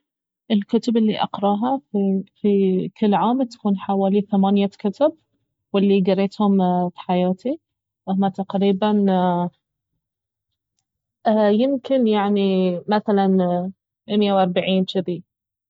الكتب الي اقراها في كل عام تكون حوالي ثمانية كتب والي قر يتهم في حياتي اهما تقريبا يمكن يعني مثلا امية وأربعين جذي